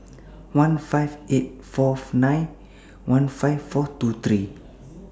one five eight Fourth nine one five four two three